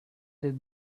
did